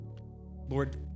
Lord